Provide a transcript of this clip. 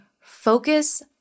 focus